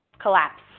collapse